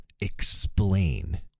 explain